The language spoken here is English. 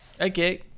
Okay